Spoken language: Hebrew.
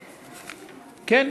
אני?